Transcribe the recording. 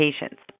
patients